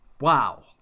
Wow